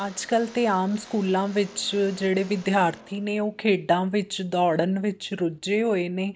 ਅੱਜ ਕੱਲ੍ਹ ਤਾਂ ਆਮ ਸਕੂਲਾਂ ਵਿੱਚ ਜਿਹੜੇ ਵਿਦਿਆਰਥੀ ਨੇ ਉਹ ਖੇਡਾਂ ਵਿੱਚ ਦੌੜਨ ਵਿੱਚ ਰੁੱਝੇ ਹੋਏ ਨੇ